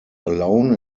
alone